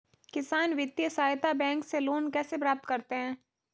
किसान वित्तीय सहायता बैंक से लोंन कैसे प्राप्त करते हैं?